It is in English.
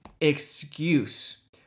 excuse